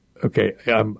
Okay